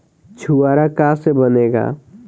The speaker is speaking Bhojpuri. छुआरा का से बनेगा?